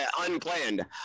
unplanned